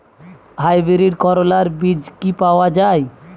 Hybrid করলার বীজ কি পাওয়া যায়?